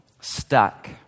stuck